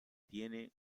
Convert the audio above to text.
tiene